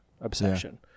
obsession